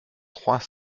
trois